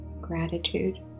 gratitude